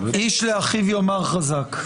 איש לאחיו יאמר חזק.